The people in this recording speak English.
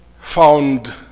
found